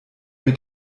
mit